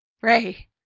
Ray